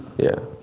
yeah.